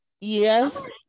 Yes